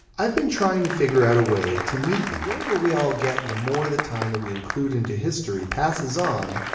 i've been trying to figure out a way to meet you. the older we all get, and the more the time that we include into history passes on,